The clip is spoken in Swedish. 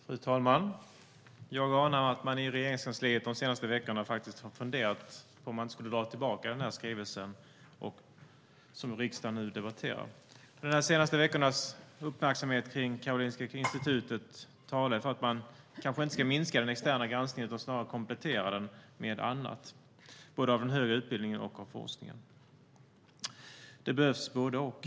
Fru talman! Jag anar att man i Regeringskansliet de senaste veckorna har funderat på om man ska dra tillbaka den skrivelse som riksdagen nu debatterar. De senaste veckornas uppmärksamhet kring Karolinska Institutet talar för att man kanske inte ska minska den externa granskningen utan snarare komplettera den med annat. Det gäller både den högre utbildningen och forskningen - det behövs både och.